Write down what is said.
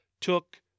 took